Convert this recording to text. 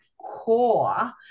core